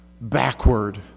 backward